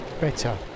better